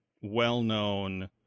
well-known